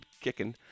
kicking